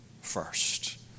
first